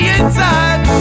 inside